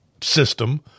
system